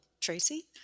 Tracy